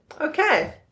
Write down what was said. okay